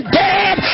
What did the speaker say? dead